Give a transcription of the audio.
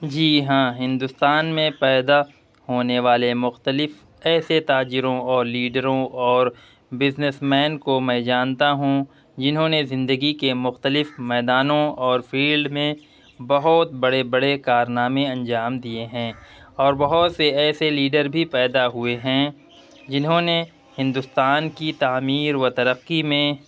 جی ہاں ہندوستان میں پیدا ہونے والے مختلف ایسے تاجروں اور لیڈروں اور بزنس مین کو میں جانتا ہوں جنہوں نے زندگی کے مختلف میدانوں اور فیلڈ میں بہت بڑے بڑے کارنامے انجام دیے ہیں اور بہت سے ایسے لیڈر بھی پیدا ہوئے ہیں جنہوں نے ہندوستان کی تعمیر و ترقی میں